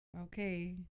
okay